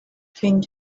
king